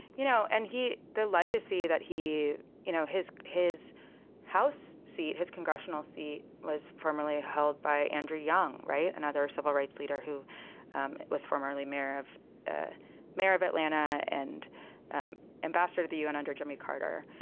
you know, and he the legacy that he you know, his his house seat, his congressional seat was formerly held by andrew young right. and other civil rights leader who um was formerly mayor of a mayor of atlanta and an ambassador to the u n. and under jimmy carter.